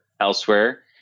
elsewhere